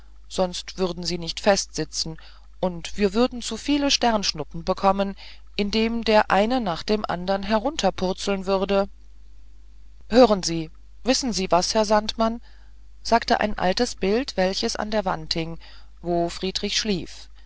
sonst würden sie nicht festsitzen und wir würden zu viele sternschnuppen bekommen indem der eine nach dem andern herunterpurzeln würde hören sie wissen sie was herr sandmann sagte ein altes bild welches an der wand hing wo friedrich schlief